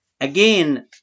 Again